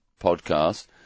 podcast